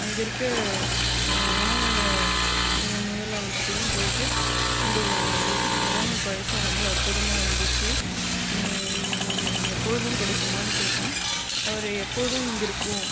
அங்கே இருக்கற உணவக முதலாளிக்கிட்டேயும் போயிட்டு இந்த இளநீர் பாயசம் ரொம்ப அற்புதமாக இருந்துச்சு எப்பொழுதும் கிடைக்குமான்னு கேட்டேன் அவர் எப்போதும் இங்கேருக்கும்